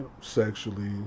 sexually